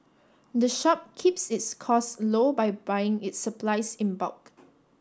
the shop keeps its costs low by buying its supplies in bulk